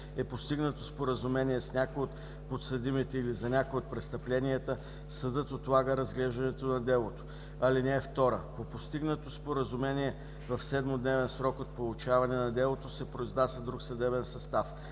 е постигнато споразумение с някой от подсъдимите или за някое от престъпленията, съдът отлага разглеждането на делото. (2) По постигнатото споразумение в 7-дневен срок от получаване на делото се произнася друг съдебен състав.